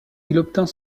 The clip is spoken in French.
obtint